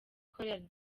chorale